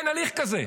אין הליך כזה.